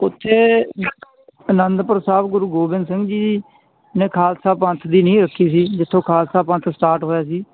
ਉੱਥੇ ਅਨੰਦਪੁਰ ਸਾਹਿਬ ਗੁਰੂ ਗੋਬਿੰਦ ਸਿੰਘ ਜੀ ਨੇ ਖਾਲਸਾ ਪੰਥ ਦੀ ਨੀਂਹ ਰੱਖੀ ਸੀ ਜਿੱਥੋਂ ਖਾਲਸਾ ਪੰਥ ਸਟਾਰਟ ਹੋਇਆ ਸੀ